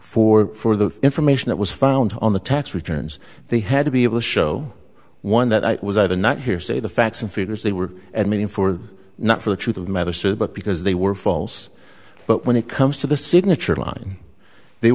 for for the information that was found on the tax returns they had to be able to show one that was either not hearsay the facts and figures they were admitting for not for the truth of madison but because they were false but when it comes to the signature line they